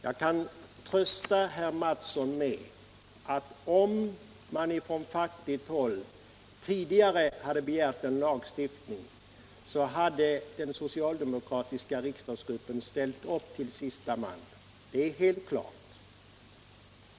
Jag kan trösta herr Mattsson med att om man från fackligt håll tidigare hade beggärt en lagstiftning hade den socialdemokratiska riksdagsgruppen ställt upp till sista man. Det är helt klart.